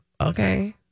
okay